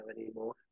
anymore